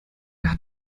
hat